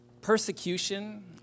Persecution